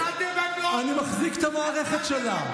אני מחזיק את המערכת שלה.